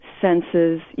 senses